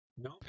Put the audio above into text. No